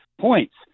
points